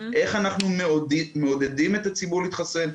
איך אנחנו מעודדים את הציבור להתחסן.